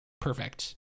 perfect